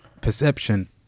perception